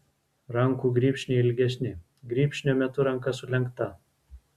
rankų grybšniai ilgesni grybšnio metu ranka sulenkta